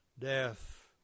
Death